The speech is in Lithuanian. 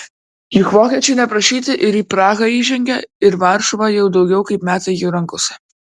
juk vokiečiai neprašyti ir į prahą įžengė ir varšuva jau daugiau kaip metai jų rankose